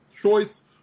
choice